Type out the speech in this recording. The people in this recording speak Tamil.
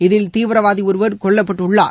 இதில் தீவிரவாதி ஒருவர் கொல்லப்பட்டுள்ளார்